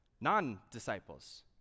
Non-disciples